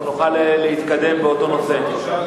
אנחנו נוכל להתקדם באותו נושא.